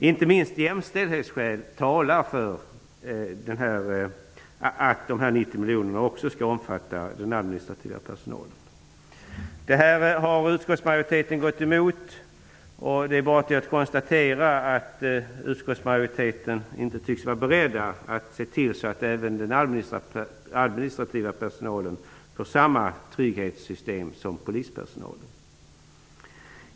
Inte minst talar jämställdhetsskäl för att dessa 90 miljoner kronor skall omfatta också den administrativa personalen. Detta krav har utskottsmajoriteten gått emot. Det är bara att konstatera att utskottsmajoriteten inte tycks vara beredd att se till att även den administrativa personalen får samma trygghetssystem som polispersonalen.